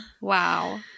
Wow